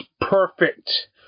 perfect